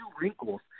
wrinkles